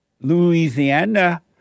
Louisiana